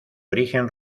origen